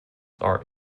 are